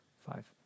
five